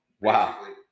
Wow